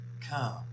Come